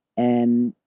and,